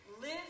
Live